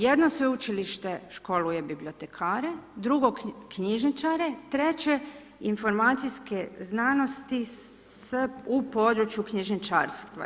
Jedno sveučilište školuje bibliotekare, drugo knjižničare, treće informacijske znanosti u području knjižarstva.